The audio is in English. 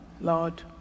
Lord